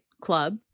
club